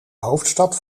hoofdstad